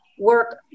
work